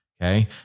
okay